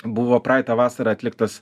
buvo praeitą vasarą atliktas